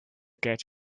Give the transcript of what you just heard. get